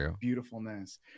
beautifulness